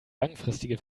langfristige